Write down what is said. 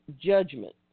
judgment